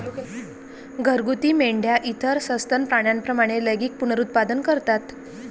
घरगुती मेंढ्या इतर सस्तन प्राण्यांप्रमाणे लैंगिक पुनरुत्पादन करतात